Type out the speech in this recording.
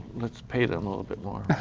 let's pay them a little bit more.